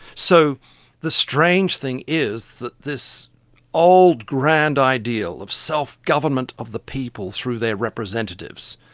so the strange thing is that this old grand ideal of self-government of the people through their representatives,